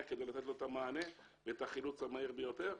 כדי לתת לו את המענה ואת החילוץ המהיר ביותר.